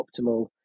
optimal